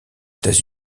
états